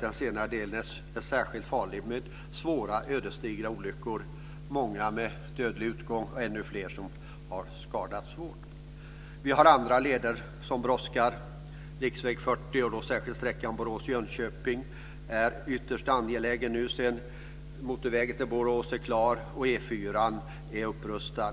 Den senare delen är särskilt farlig med svåra ödesdigra olyckor, många med dödlig utgång och ännu fler med människor som har skadats svårt. Vi har även andra leder som brådskar. Riksväg 40, då särskilt sträckan Borås-Jönköping, är ytterst angelägen nu sedan motorvägen till Borås blivit klar och E 4 är upprustad.